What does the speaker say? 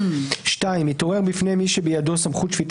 (2) התעורר בפני מי שבידו סמכות שפיטה